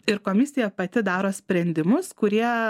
ir komisija pati daro sprendimus kurie